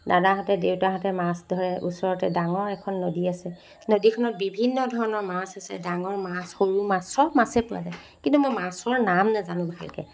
দাদাহঁতে দেউতাহঁতে মাছ ধৰে ওচৰতে ডাঙৰ এখন নদী আছে নদীখনত বিভিন্ন ধৰণৰ মাছ আছে ডাঙৰ মাছ সৰু মাছ চব মাছেই পোৱা যায় কিন্তু মই মাছৰ নাম নেজানো ভালকৈ